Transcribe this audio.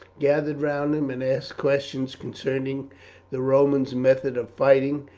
gathered round him and asked questions concerning the romans' methods of fighting,